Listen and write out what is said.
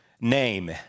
name